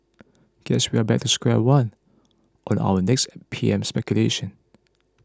guess we are back to square one on our next P M speculation